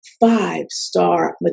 five-star